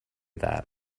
that